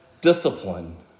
discipline